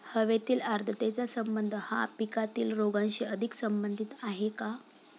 हवेतील आर्द्रतेचा संबंध हा पिकातील रोगांशी अधिक संबंधित आहे का?